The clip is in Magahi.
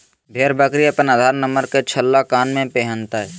भेड़ बकरी अपन आधार नंबर के छल्ला कान में पिन्हतय